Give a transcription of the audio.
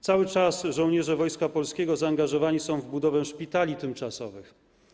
Cały czas żołnierze Wojska Polskiego zaangażowani są w budowę szpitali tymczasowych.